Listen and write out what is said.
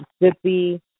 Mississippi